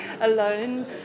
alone